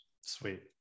Sweet